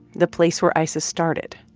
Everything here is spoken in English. the place where isis started,